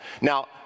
Now